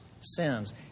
sins